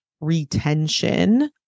retention